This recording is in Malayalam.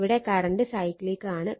ഇവിടെ കറണ്ട് സൈക്ലിക്കാണ്